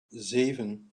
zeven